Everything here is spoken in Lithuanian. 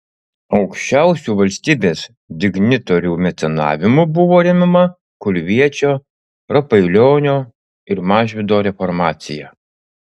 aukščiausių valstybės dignitorių mecenavimu buvo remiama kulviečio rapailionio ir mažvydo reformacija